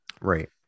Right